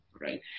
right